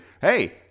hey—